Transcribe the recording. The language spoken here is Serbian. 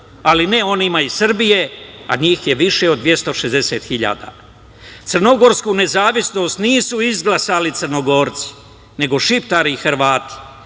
ali ne onima iz Srbije, a njih je više od 260.000.Crnogorsku nezavisnost nisu izglasali Crnogorci, nego Šiptari i Hrvati.